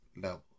level